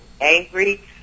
angry